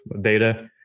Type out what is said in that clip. data